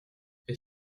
est